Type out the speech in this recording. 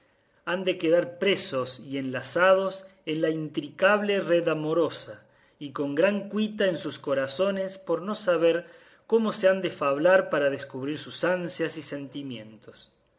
han de quedar presos y enlazados en la intricable red amorosa y con gran cuita en sus corazones por no saber cómo se han de fablar para descubrir sus ansias y sentimientos